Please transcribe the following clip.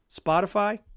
Spotify